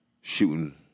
shooting